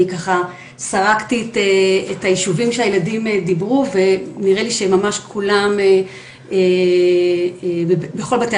אני ככה סרקתי את היישובים שהילדים דיברו ונראה לי שממש כולם בכל בתי